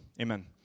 Amen